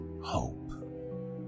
hope